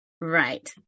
Right